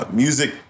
music